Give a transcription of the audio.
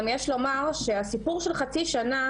יש לומר גם שהסיפור של חצי שנה,